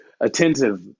attentive